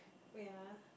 wait ah